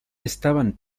estaban